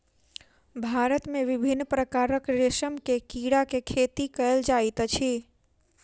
भारत मे विभिन्न प्रकारक रेशम के कीड़ा के खेती कयल जाइत अछि